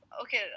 Okay